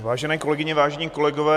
Vážené kolegyně, vážení kolegové.